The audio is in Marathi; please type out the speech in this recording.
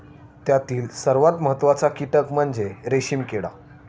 त्यातील सर्वात महत्त्वाचा कीटक म्हणजे रेशीम किडा